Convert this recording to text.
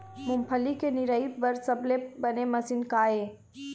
मूंगफली के निराई बर सबले बने मशीन का ये?